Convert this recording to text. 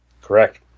Correct